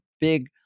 big